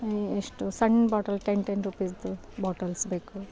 ಎಷ್ಟು ಸಣ್ಣ bottle ten ten ರೂಪೀಸ್ದು ಬಾಟಲ್ಸ್ ಬೇಕು